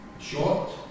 short